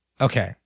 Okay